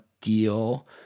deal